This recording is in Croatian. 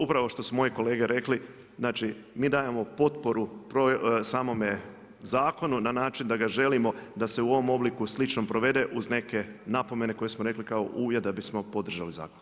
Upravo što su moji kolege rekli, znači mi dajemo potporu samome zakonu na način da ga želimo da se u ovom obliku sličnom provede uz neke napomene koje smo rekli kao uvjet da bismo podržali zakon.